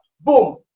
Boom